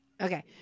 Okay